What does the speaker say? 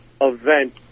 event